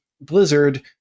blizzard